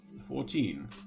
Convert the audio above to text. Fourteen